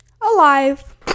Alive